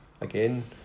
Again